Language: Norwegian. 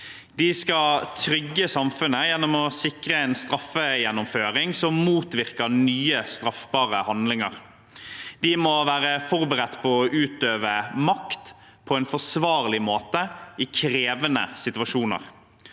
De skal trygge samfunnet gjennom å sikre en straffegjennomføring som motvirker nye straffbare handlinger. De må være forberedt på å utøve makt på en forsvarlig måte i krevende situasjoner.